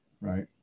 Right